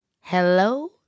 Hello